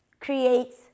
creates